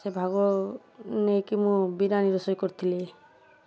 ସେ ଭାଗ ନେଇକି ମୁଁ ବିରିୟାନୀ ରୋଷେଇ କରିଥିଲି